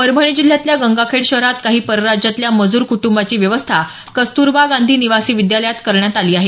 परभणी जिल्ह्यातल्या गंगाखेड शहरात काही परराज्यातल्या मजुर कुटूंबांची व्यवस्था कस्तुरबा गांधी निवासी विद्यालयात करण्यात आली आहे